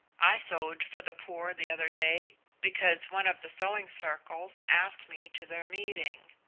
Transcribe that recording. i sewed for the poor the other day, because one of the sewing circles asked me to their meeting.